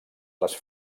les